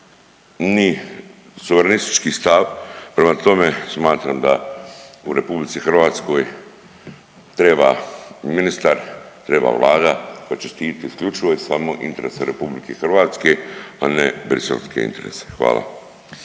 ni suverenistički stav, prema tome smatram da u RH treba ministar treba Vlada koja će štititi isključivo i samo interese RH, a ne briselske interese. Hvala.